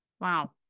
Wow